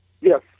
Yes